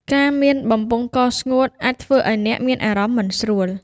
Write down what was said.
ការមានបំពង់កស្ងួតអាចធ្វើឱ្យអ្នកមានអារម្មណ៍មិនស្រួល។